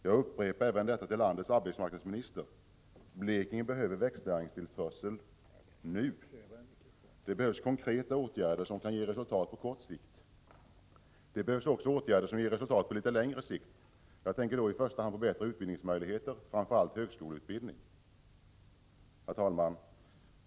Jag upprepar även detta till landets arbetsmarknadsminister. Blekinge behöver växtnäringstillförsel — nu. Det behövs konkreta åtgärder som kan ge resultat på kort sikt. Det behövs också åtgärder som ger resultat på litet längre sikt — jag tänker då i första hand på bättre utbildningsmöjligheter, framför allt högskoleutbildning. Herr talman!